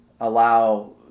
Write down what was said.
allow